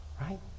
right